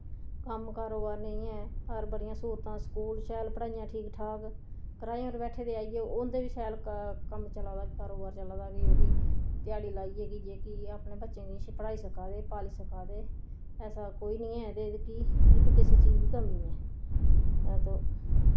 कम्म कारोबार नि ऐ हर बड़ियां स्हूलतां स्कूल शैल पढ़ाइयां ठीक ठाक कराएं पर बैठे दे आइयै उंदे बी शैल क कम्म चला दा कारोबार चला दा के ओह् बी ध्याड़ी लाइयै कि जेह्की कि अपने बच्चें किश पढ़ाई सका दे पाली सका दे ऐसा कोई नि ऐ के जेह्की इत्थै किसे चीज दी कमी ऐ